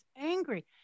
angry